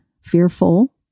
fearful